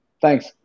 Thanks